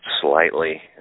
slightly